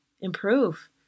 improve